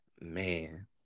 man